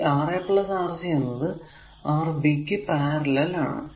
ഈ Ra Rc എന്നത് ഈ Rb ക്കു പാരലൽ ആണ്